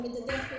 על מדדי איכות,